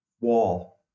wall